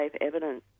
evidence